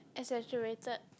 exaggerated